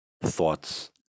thoughts